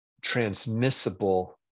transmissible